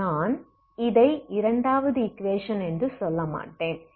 நான் இதை இரண்டாவது ஈக்வேஷன் என்று சொல்ல மாட்டேன்